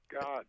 God